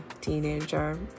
teenager